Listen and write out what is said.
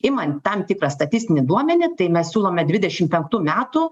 imant tam tikrą statistinį duomenį tai mes siūlome dvidešim penktų metų